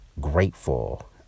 grateful